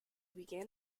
began